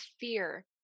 fear